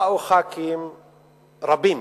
באו חברי כנסת רבים,